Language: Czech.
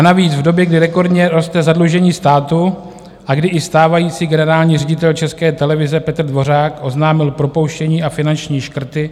Navíc v době, kdy rekordně roste zadlužení státu a kdy i stávající generální ředitel České televize Petr Dvořák oznámil propouštění a finanční škrty.